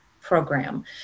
program